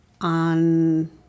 on